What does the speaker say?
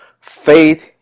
faith